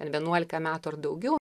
ten vienuolika metų ar daugiau